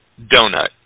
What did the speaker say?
donut